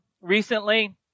recently